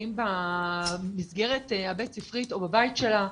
האם במסגרת הבית ספרית או בבית שלה,